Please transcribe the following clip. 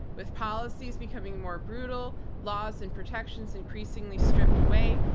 with policies becoming more brutal, laws and protections increasingly stripped away,